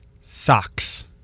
socks